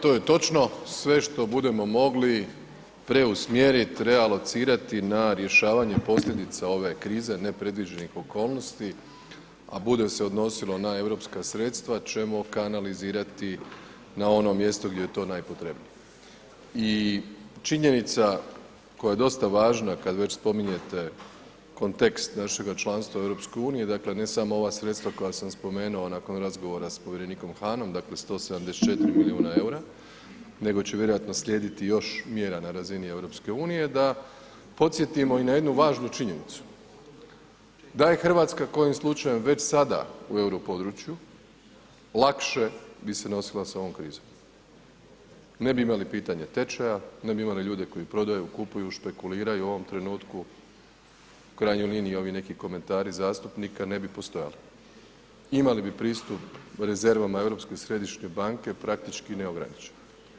To je točno, sve što bude mogli preusmjeri, realocirati na rješavanje posljedica ove krize, nepredviđenih okolnosti a bude se odnosilo na europska sredstva ćemo kanalizirati na ono mjesto gdje je to najpotrebnije i činjenica koja je dosta važna kad već spominjete kontekst našeg članstva u EU-u, dakle ne samo ova sredstva koja sam spomenuo nakon razgovora sa povjerenikom Hahnom, dakle 174 milijuna eura, nego će vjerovatno slijediti još mjera na razini EU-a, da podsjetimo i na jednu važnu činjenicu, da je Hrvatska kojim slučajem već sada u euro području, lakše bi se nosila sa ovom krizom, ne bi imali pitanje tečaja, ne bi imali ljude koji prodaju, kupuju, špekuliraju u ovom trenutku, u krajnjoj liniji i ovi neki komentari zastupnika ne bi postojali, imali bi pristup rezervama Europske središnje banke praktički neograničeno.